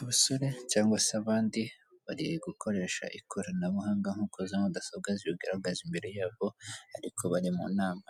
Abasore cyangwa se abandi bari gukoresha ikoranabuhanga nk'uko za mudasobwa zibigaragaza imbere yabo ariko bari mu nama,